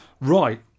Right